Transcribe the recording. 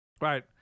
Right